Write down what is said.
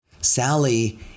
Sally